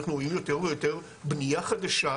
אנחנו רואים יותר ויותר בנייה חדשה,